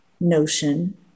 notion